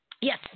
Yes